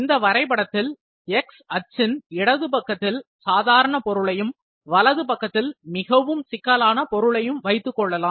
இந்த வரைபடத்தில் x அக்சின் இடது பக்கத்தில் சாதாரண பொருளையும் வலது பக்கத்தில் மிகவும் சிக்கலான பொருளையும் வைத்துக்கொள்ளலாம்